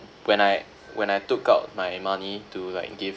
when I when I took out my money to like give